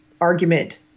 argument